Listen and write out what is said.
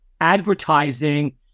advertising